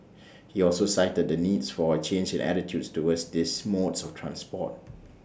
he also cited the needs for A change in attitudes towards these modes of transport